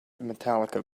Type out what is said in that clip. metallica